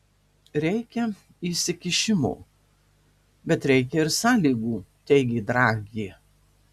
reikia įsikišimo bet reikia ir sąlygų teigė draghi